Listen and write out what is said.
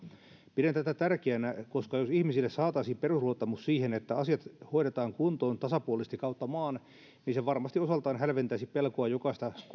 pidän tätä tärkeänä koska jos ihmisille saataisiin perusluottamus siihen että asiat hoidetaan kuntoon tasapuolisesti kautta maan niin se varmasti osaltaan hälventäisi pelkoa jokaista